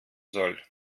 soll